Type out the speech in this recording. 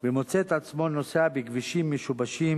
ומוצא את עצמו נוסע בכבישים משובשים,